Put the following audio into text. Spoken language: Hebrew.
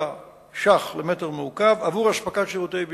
ש"ח למטר מעוקב עבור אספקת שירותי ביוב.